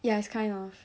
ya it's kind of